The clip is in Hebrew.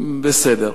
בסדר.